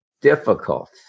difficult